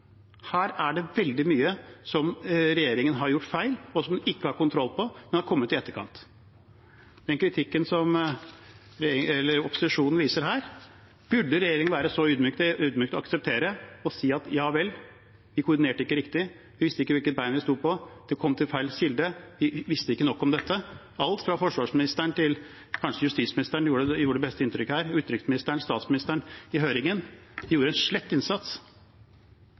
Her er det veldig mye som regjeringen har gjort feil, og som den ikke har kontroll på. Man har kommet i etterkant. Den kritikken opposisjonen viser her, burde regjeringen være ydmyke nok til å akseptere og si at nei, vi koordinerte ikke riktig, vi visste ikke hvilket ben vi stod på, det kom til feil kilde, vi visste ikke nok om dette. Justisministeren gjorde kanskje det beste inntrykket her, men forsvarsministeren, utenriksministeren og statsministeren gjorde en slett innsats i høringen. Det går det an å si når en sitter i Stortinget: Det var en slett innsats,